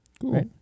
Cool